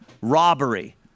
robbery